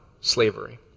slavery